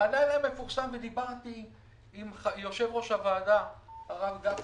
בלילה המפורסם דיברתי עם יושב-ראש הוועדה הרב גפני,